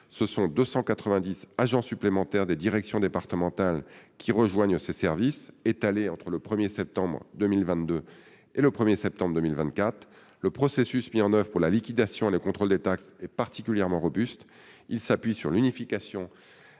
renforcés- 290 agents supplémentaires, issus des directions départementales, rejoindront ses services entre le 1 septembre 2022 et le 1 septembre 2024. Le processus mis en oeuvre pour la liquidation et le contrôle des taxes est particulièrement robuste. Il s'appuie sur l'unification